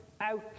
out